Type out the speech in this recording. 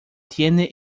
tiene